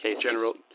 General